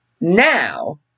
Now